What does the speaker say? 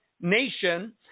nation